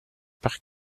par